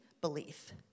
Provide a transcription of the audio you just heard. belief